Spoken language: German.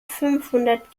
fünfhundert